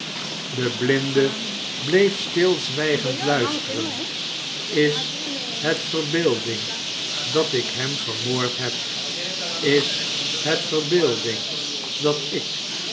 de blinde bleef stilzwijgend luisteren is het verbeelding p dat ik hem vermoord heb is het verbeelding dat ik